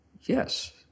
yes